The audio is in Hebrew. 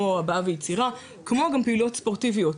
הבעה ויצירה ופעילות ספורטיביות,